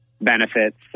benefits